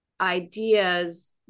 ideas